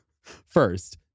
first